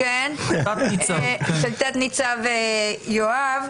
תת-ניצב יואב,